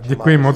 Děkuji moc.